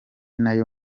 nayo